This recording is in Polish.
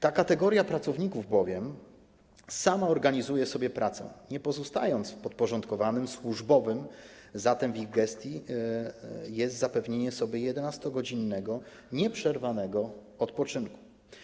Ta kategoria pracowników bowiem sama organizuje sobie pracę, nie pozostając w podporządkowaniu służbowym, zatem w ich gestii jest zapewnienie sobie 11-godzinnego nieprzerwanego odpoczynku.